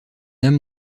nam